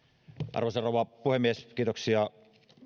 arvoisa rouva puhemies kiitoksia